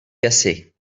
cassées